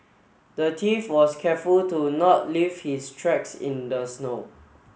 the thief was careful to not leave his tracks in the snow